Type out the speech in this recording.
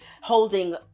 holding